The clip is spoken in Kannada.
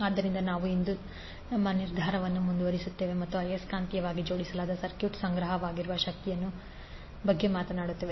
ಆದ್ದರಿಂದ ನಾವು ಇಂದು ನಮ್ಮ ನಿರ್ಧಾರವನ್ನು ಮುಂದುವರಿಸುತ್ತೇವೆ ಮತ್ತು ಆಯಸ್ಕಾಂತೀಯವಾಗಿ ಜೋಡಿಸಲಾದ ಸರ್ಕ್ಯೂಟ್ಗಳಲ್ಲಿ ಸಂಗ್ರಹವಾಗಿರುವ ಶಕ್ತಿಯ ಬಗ್ಗೆ ಮಾತನಾಡುತ್ತೇವೆ